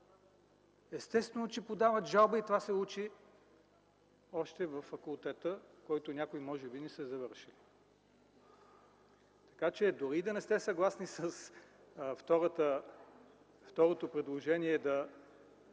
Естествено, че подават жалба и това се учи още във факултета, който някои може би не са завършили. Така че дори и да не сте съгласни с второто предложение – да